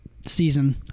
season